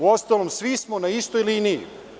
Uostalom, svi smo na istoj liniji.